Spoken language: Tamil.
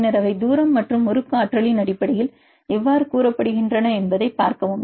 பின்னர் அவை தூரம் மற்றும் முறுக்கு ஆற்றலின் அடிப்படையில் எவ்வாறு கூறப்படுகின்றன என்பதைப் பார்க்கவும்